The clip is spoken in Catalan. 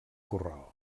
corral